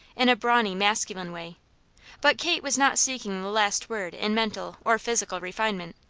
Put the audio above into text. in a brawny masculine way but kate was not seeking the last word in mental or physical refinement.